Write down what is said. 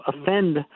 offend